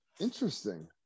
Interesting